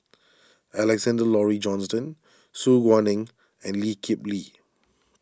Alexander Laurie Johnston Su Guaning and Lee Kip Lee